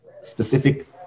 specific